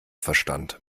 verstand